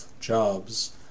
jobs